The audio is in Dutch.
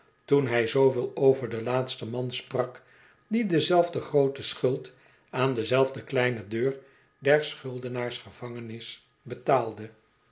toen hij zooveel over den laatsten man sprak die dezelfde groote schuld aan dezelfde kleine deur der schuldenaars gevangenis betaalde